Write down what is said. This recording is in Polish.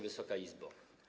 Wysoka Izbo!